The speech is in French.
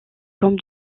comme